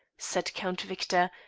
said count victor,